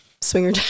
Swinger